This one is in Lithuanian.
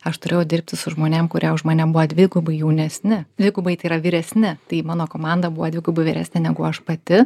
aš turėjau dirbti su žmonėm kurie už mane buvo dvigubai jaunesni dvigubai tai yra vyresni tai mano komanda buvo dvigubai vyresnė negu aš pati